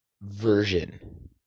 version